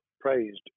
praised